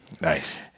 Nice